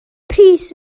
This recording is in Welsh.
pris